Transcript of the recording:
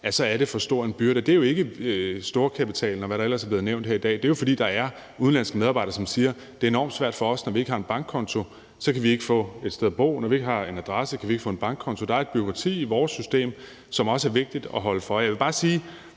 så er det for stor en byrde. Og det er jo ikke storkapitalen, og hvad der ellers er blevet nævnt her i dag. Det er jo, fordi der er udenlandske medarbejdere, som siger: Det er enormt svært for os, når vi ikke har en bankkonto. Så kan vi ikke få et sted at bo. Når vi ikke har en adresse, kan vi ikke få en bankkonto. Der er et bureaukrati i vores system, som også er vigtigt at holde for. Jeg vil bare sige